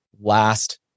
last